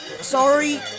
Sorry